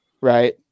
right